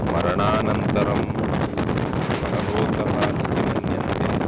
मरणानन्तरं परलोकः इति मन्यन्ते